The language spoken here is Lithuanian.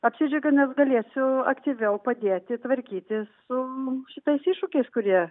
apsidžiaugiau nes galėsiu aktyviau padėti tvarkytis su šitais iššūkiais kurie